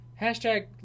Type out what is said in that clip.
hashtag